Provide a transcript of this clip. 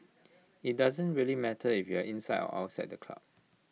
IT doesn't really matter if you are inside or outside the club